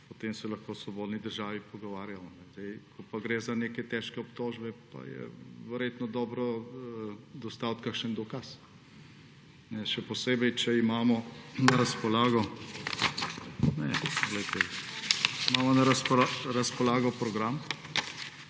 o tem se lahko v svobodni državi pogovarjamo. Ko pa gre za neke težke obtožbe, pa je verjetno dobro dostaviti kakšen dokaz. Še posebej, če imamo na razpolago program,